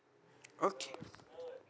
okay